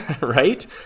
right